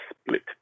split